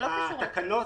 זה לא קשור לתקציב.